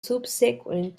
subsequent